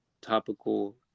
topical